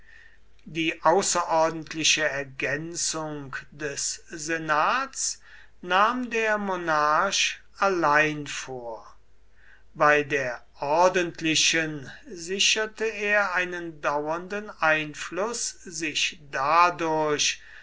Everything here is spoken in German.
die außerordentliche ergänzung des senats nahm der monarch allein vor bei der ordentlichen sicherte er einen dauernden einfluß sich dadurch